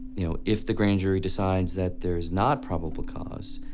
know, if the grand jury decides that there is not probable cause,